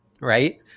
Right